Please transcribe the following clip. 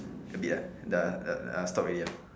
a bit uh the uh ah stop already uh